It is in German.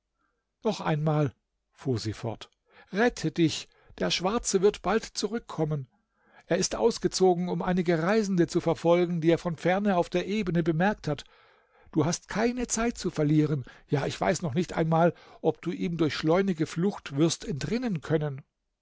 noch einmal fuhr sie fort rette dich der schwarze wird bald zurückkommen er ist ausgezogen um einige reisende zu verfolgen die er von ferne auf der ebene bemerkt hat du hast keine zeit zu verlieren ja ich weiß nicht einmal ob du ihm durch schleunige flucht wirst entrinnen können